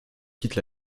quitte